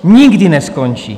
Nikdy neskončí.